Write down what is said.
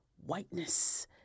whiteness